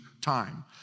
time